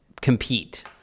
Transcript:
compete